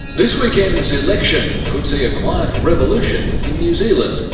this weekend's election could see a quiet revolution in new zealand.